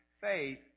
faith